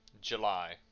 July